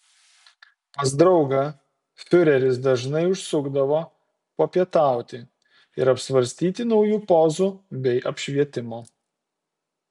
pas draugą fiureris dažnai užsukdavo papietauti ir apsvarstyti naujų pozų bei apšvietimo